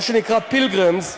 מה שנקרא pilgrims,